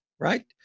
Right